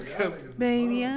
Baby